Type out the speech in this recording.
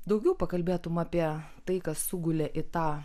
daugiau pakalbėtum apie tai kas sugulė į tą